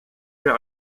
wir